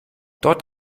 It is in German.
dort